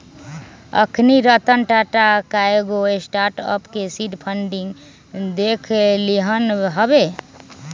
अखनी रतन टाटा कयगो स्टार्टअप के सीड फंडिंग देलखिन्ह हबे